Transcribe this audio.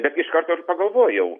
bet iš karto ir pagalvojau